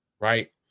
right